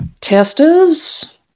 testers